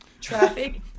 traffic